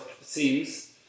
seems